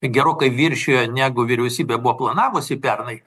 gerokai viršijo negu vyriausybė buvo planavusi pernai